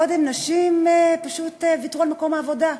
קודם נשים פשוט ויתרו על מקום העבודה,